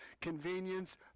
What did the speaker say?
convenience